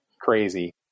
crazy